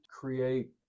create